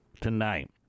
tonight